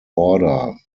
order